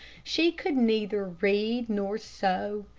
she could neither read nor sew,